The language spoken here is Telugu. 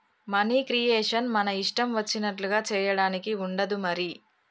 మనీ క్రియేషన్ మన ఇష్టం వచ్చినట్లుగా చేయడానికి ఉండదు మరి